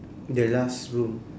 the last room